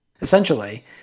essentially